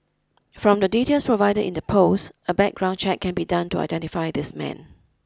from the details provided in the post a background check can be done to identify this man